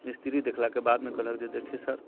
मिस्तिरी देखलाके बादमे कहलक जे देखिए सर